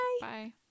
Bye